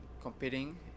competing